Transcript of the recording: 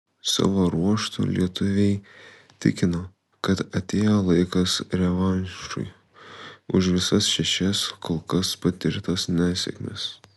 savo ruožtu lietuviai tikino kad atėjo laikas revanšui už visas šešias kol kas patirtas nesėkmes